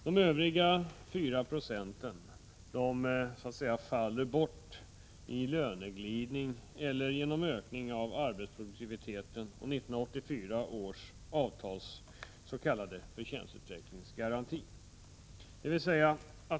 De övriga 4 90 ”faller bort” i löneglidning genom ökning av arbetsproduktiviteten och 1984 års avtals s.k. förtjänstutvecklingsgaranti.